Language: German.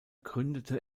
gründete